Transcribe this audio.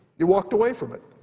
you walked away from it.